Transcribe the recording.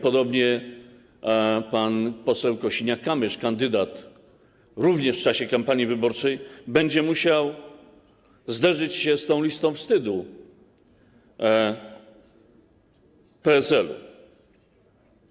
Podobnie pan poseł Kosiniak-Kamysz, kandydat, również w czasie kampanii wyborczej będzie musiał zderzyć się z tą listą wstydu PSL-u.